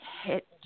hit